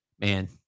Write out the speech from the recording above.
man